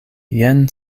jen